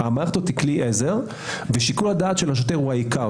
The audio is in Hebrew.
המערכת היא כלי עזר ושיקול הדעת של השוטר היא העיקר.